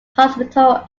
hospital